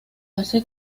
hace